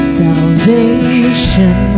salvation